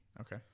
Okay